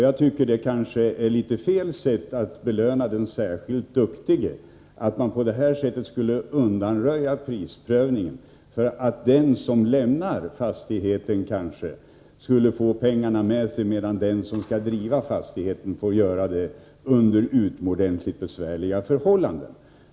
Jag tycker att det är fel väg att belöna den särskilt duktige: att man på det här sättet skulle undanröja prisprövningen, så att den som lämnar fastigheten får pengarna med sig, medan den som skall driva fastigheten får göra det under utomordentligt svåra förhållanden.